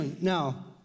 Now